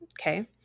Okay